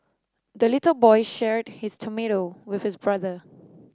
the little boy shared his tomato with his brother